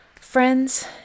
Friends